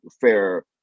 fair